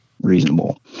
reasonable